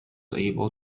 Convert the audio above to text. able